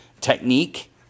technique